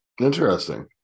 interesting